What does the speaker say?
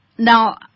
Now